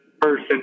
person